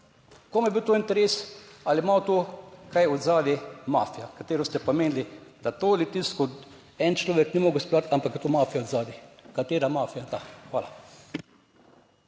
komu je bil to interes, ali ima to kaj od zadaj mafija, katero ste pa omenili, da to Litijsko en človek ni mogel izpeljati, ampak je to mafija od zadaj. Katera mafija je ta? Hvala.